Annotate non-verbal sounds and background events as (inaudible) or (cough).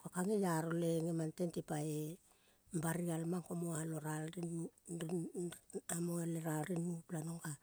Ko kae ngeiaro le ngemang tente pae bari gal mang ko moal oral ring (unintelligible) moalo ral ring nupla nogat.